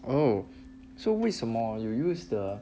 oh so 为什么 you use the